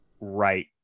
right